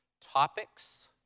topics